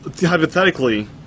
hypothetically